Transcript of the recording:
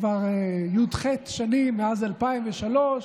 כבר י"ח שנים מאז 2003,